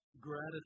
gratitude